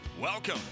Welcome